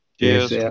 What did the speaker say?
Cheers